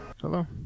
Hello